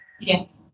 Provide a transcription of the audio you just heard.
Yes